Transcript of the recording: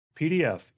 PDF